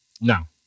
Now